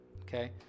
Okay